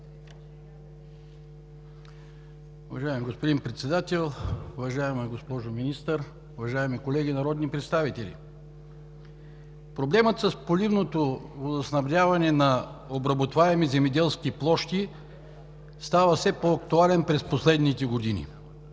Уважаеми господин Председател, уважаема госпожо Министър, уважаеми колеги народни представители! Проблемът с поливното водоснабдяване на обработваеми земеделски площи става все по-актуален през последните години.